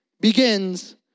begins